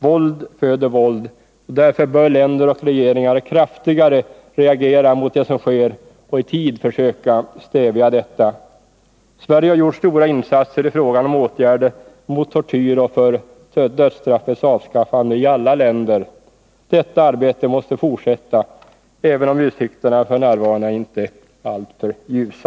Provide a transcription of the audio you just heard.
Våld föder våld, och därför bör länder och regeringar kraftigare reagera mot det som sker och i tid försöka stävja detta. Sverige har gjort stora insatser i frågan om åtgärder mot tortyr och för dödsstraffets avskaffande i alla länder. Detta arbete måste fortsätta, även om utsikterna f. n. inte är alltför ljusa.